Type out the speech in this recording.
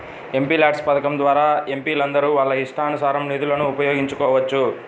MPLADS పథకం ద్వారా ఎంపీలందరూ వాళ్ళ ఇష్టానుసారం నిధులను ఉపయోగించుకోవచ్చు